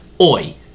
Oi